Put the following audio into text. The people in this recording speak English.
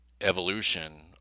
evolution